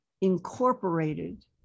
incorporated